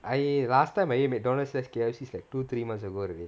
I last time I ate McDonald's's slash K_F_C is like two three months ago already